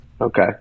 Okay